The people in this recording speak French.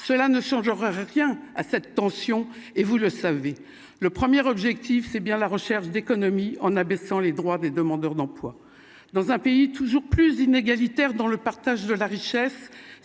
cela ne changera, je tiens à cette tension et vous le savez, le premier objectif, c'est bien la recherche d'économies en abaissant les droits des demandeurs d'emploi dans un pays toujours plus inégalitaire dans le partage de la richesse,